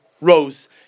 rose